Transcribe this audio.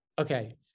Okay